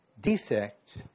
defect